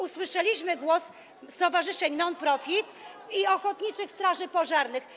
Usłyszeliśmy głos stowarzyszeń non profit i ochotniczych straży pożarnych.